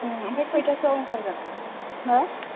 ओमफ्राय खैथासोआव ओंखारगोन हो